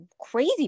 crazy